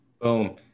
Boom